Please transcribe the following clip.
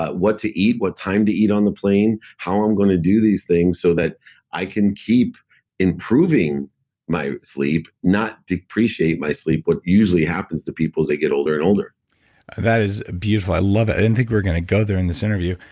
what to eat, what time to eat on the plane. how i'm going to do these things so that i can keep improving my sleep, not depreciate my sleep, what usually happens to people as get older and older that is beautiful. i love it. i didn't think we were going to go there in this interview.